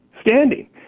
standing